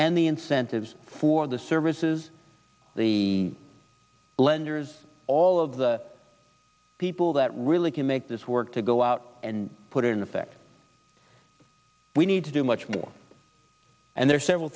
and the incentives for the services the lenders all of the people that really can make this work to go out and put in effect we need to do much more and there are several